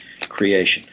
creation